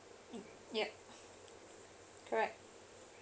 yup correct